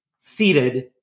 seated